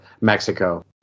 Mexico